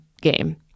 game